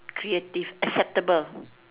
creative acceptable